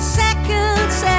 seconds